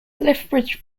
lethbridge